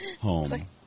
Home